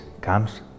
comes